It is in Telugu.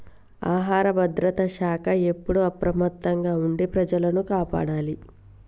ఆహార భద్రత శాఖ ఎప్పుడు అప్రమత్తంగా ఉండి ప్రజలను కాపాడాలి